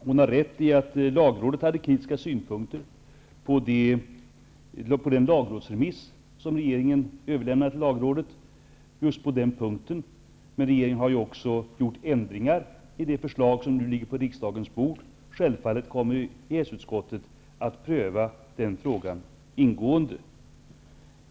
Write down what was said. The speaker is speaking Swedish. Hon har rätt i att lagrådet hade kritiska synpunkter på den lagrådsremiss som regeringen överlämnade till lagrådet. Men regeringen har gjort ändringar i det förslag som nu ligger på riksdagens bord. Självfallet kommer EES-utskottet att pröva den frågan ingående.